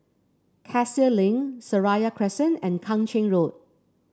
Cassia Link Seraya Crescent and Kang Ching Road